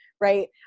right